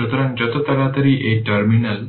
সুতরাং যত তাড়াতাড়ি এই টার্মিনাল